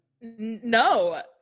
No